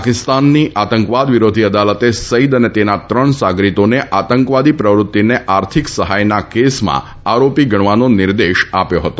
પાકિસ્તાનની આતંકવાદ વિરોધી અદાલતે સઈદ તથા તેના ત્રણ સાગરીતોને આતંકવાદી પ્રવત્તિને આર્થિક સહાયતા કેસમાં આરોપીઓ ગણવાનો નિર્દેશ આપ્યો હતો